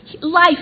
Life